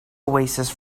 oasis